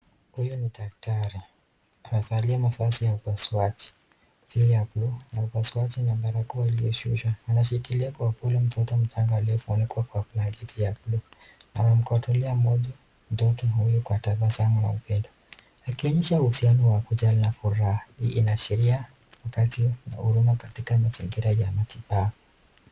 Huyu ni daktari amevalia mavazi ya upasuaji na barakoa aliyeshusha. Anashikilia kwa upole mtoto mchanga aliyefunikwa kwa blanketi ya buluu. Anamkodolea macho mtoto huyu kwa tabasamu na upendo akionesha uhusiano wa kujali na furaha. Hii inaashiria wakati wa huruma katika mazingira ya matibabu.